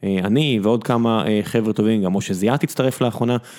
אני ועוד כמה חבר'ה טובים, גם משה זיית הצטרף לאחרונה.